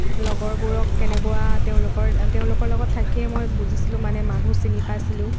লগৰবোৰক কেনেকুৱা তেওঁলোকৰ তেওঁলোকৰ লগত থাকিয়েই মই বুজিছিলোঁ মানে মানুহ চিনি পাইছিলোঁ